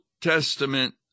Testament